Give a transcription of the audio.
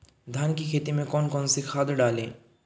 धान की खेती में कौन कौन सी खाद डालें?